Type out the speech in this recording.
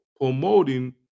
promoting